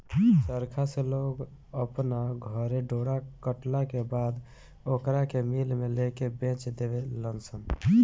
चरखा से लोग अपना घरे डोरा कटला के बाद ओकरा के मिल में लेके बेच देवे लनसन